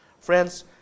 Friends